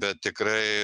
bet tikrai